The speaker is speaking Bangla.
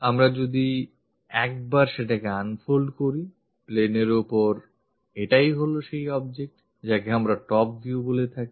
আমরা যদি একবার সেটাকে unfold করি plane এর ওপর এটাই হলো সেই object যাকে আমরা top view বলে থাকি